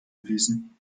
gewesen